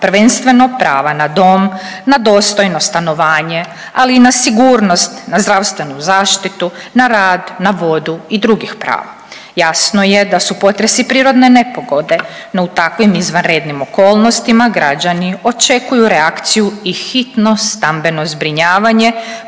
prvenstveno prava na dom, na dostojno stanovanje, ali i na sigurnost, na zdravstvenu zaštitu, na rad, na vodu i drugih prava. Jasno je da su potresi prirodne nepogode no u takvim izvanrednim okolnostima građani očekuju reakciju i hitno stambeno zbrinjavanje